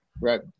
Right